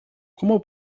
como